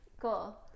Cool